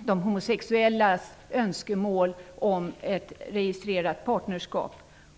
de homosexuella önskemål om ett registrerat partnerskap.